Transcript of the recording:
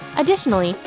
additionally,